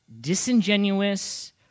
disingenuous